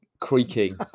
creaking